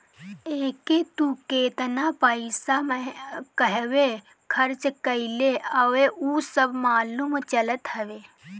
एके तू केतना पईसा कहंवा खरच कईले हवअ उ सब मालूम चलत हवे